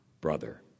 brother